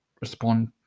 respond